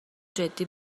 جدی